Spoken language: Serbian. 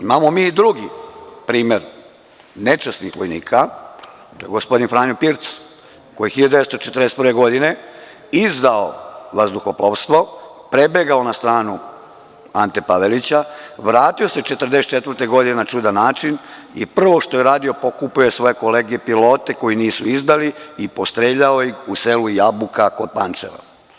Imao mi i drugi primer nečasnih vojnika, gospodin Franjo Pirc koji je 1941. godine izdao vazduhoplovstvo, prebegao na stranu Ante Pavelića, vratio se 1944. godine na čudan način i prvo što je uradio, pokupio je svoje kolege pilote koji nisu izdali i postreljao ih u selu Jabuka kod Pančeva.